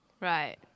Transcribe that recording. Right